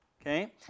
Okay